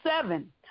seven